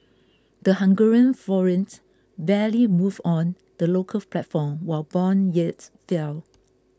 the Hungarian forint barely moved on the local platform while bond yields fell